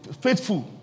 faithful